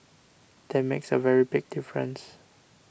that makes a very big difference